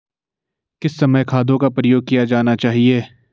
किस समय खादों का प्रयोग किया जाना चाहिए?